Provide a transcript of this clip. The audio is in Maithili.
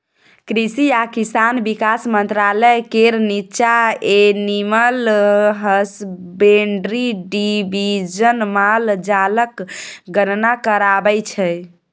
कृषि आ किसान बिकास मंत्रालय केर नीच्चाँ एनिमल हसबेंड्री डिबीजन माल जालक गणना कराबै छै